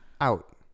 Out